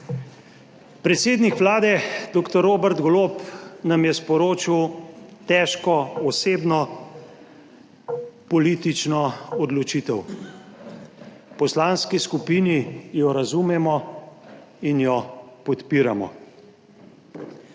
Predsednik Vlade, dr. Robert Golob, nam je sporočil težko osebno politično odločitev. V poslanski skupini jo razumemo in jo podpiramo.